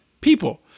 people